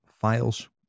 files